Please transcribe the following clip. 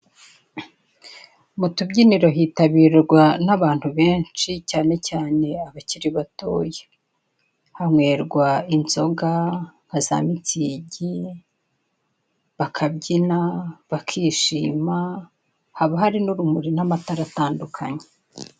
Mu tubyiniro hitabirwa n'abantu benshi cyane cyane abakiri batoya. Hanywerwa inzoga nka za mitsingi, bakabyina, bakishima haba hari n'urumuri rw'amatara atandukanye.